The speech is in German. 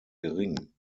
gering